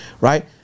Right